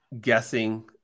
guessing